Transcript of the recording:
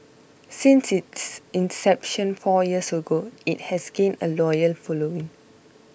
since its inception four years ago it has gained a loyal following